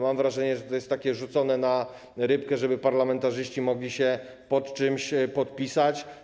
Mam wrażenie, że to jest rzucone na rybkę, żeby parlamentarzyści mogli się pod czymś podpisać.